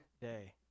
day